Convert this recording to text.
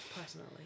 personally